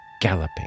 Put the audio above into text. galloping